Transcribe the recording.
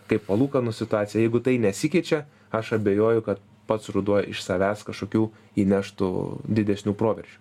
kaip palūkanų situacija jeigu tai nesikeičia aš abejoju kad pats ruduo iš savęs kažkokių įneštų didesnių proveržių